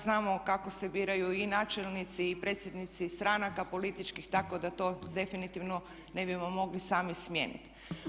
Znamo kako se biraju i načelnici i predsjednici stranaka političkih, tako da to definitivno ne bimo mogli sami smijeniti.